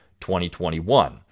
2021